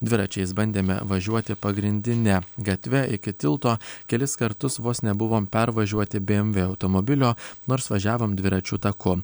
dviračiais bandėme važiuoti pagrindine gatve iki tilto kelis kartus vos nebuvom pervažiuoti bmv automobilio nors važiavom dviračių taku